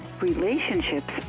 relationships